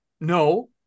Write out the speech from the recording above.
No